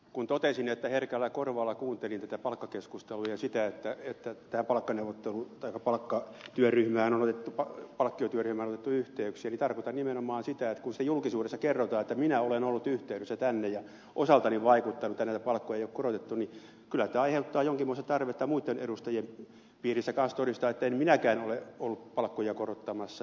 kun totesin että herkällä korvalla kuuntelin tätä palkkakeskustelua ja sitä että tähän palkkiotyöryhmään on otettu yhteyksiä niin tarkoitan nimenomaan sitä että kun siitä julkisuudessa kerrotaan että minä olen ollut yhteydessä tänne ja osaltani vaikuttanut että näitä palkkoja ei ole korotettu niin kyllä tämä aiheuttaa jonkinmoista tarvetta muitten edustajien piirissä kanssa todistaa että en minäkään ole ollut palkkoja korottamassa